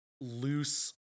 loose